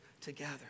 together